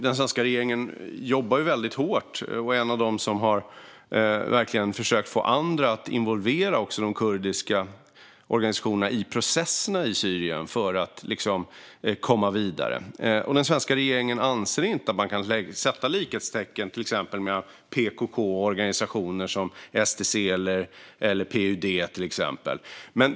Den svenska regeringen jobbar väldigt hårt och är en av dem som har försökt få andra att involvera de kurdiska organisationerna i processerna i Syrien för att det ska gå att komma vidare. Den svenska regeringen anser inte att man kan sätta likhetstecken mellan exempelvis PKK och organisationer som SDC eller PYD.